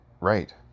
right